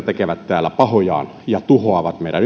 tekevät täällä pahojaan ja tuhoavat meidän